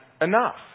enough